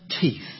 teeth